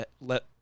let